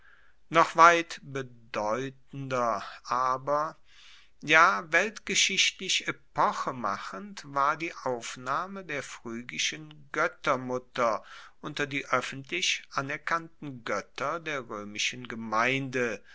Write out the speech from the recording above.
noch weit bedeutender aber ja weltgeschichtlich epochemachend war die aufnahme der phrygischen goettermutter unter die oeffentlich anerkannten goetter der roemischen gemeinde